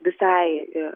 visai e